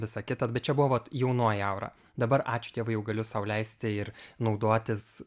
visa kita bet čia buvo vat jaunoji aura dabar ačiū dievui jau galiu sau leisti ir naudotis